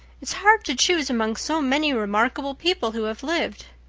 it's hard to choose among so many remarkable people who have lived.